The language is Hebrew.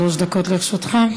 שלוש דקות לרשותך.